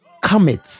cometh